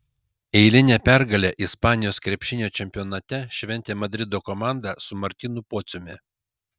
eilinę pergalę ispanijos krepšinio čempionate šventė madrido komanda su martynu pociumi